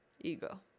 Ego